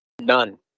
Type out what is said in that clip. None